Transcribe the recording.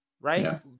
Right